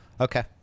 Okay